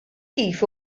kif